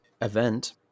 event